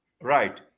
Right